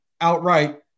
outright